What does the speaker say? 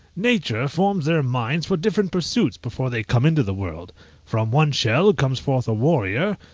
nature forms their minds for different pursuits before they come into the world from one shell comes forth a warrior,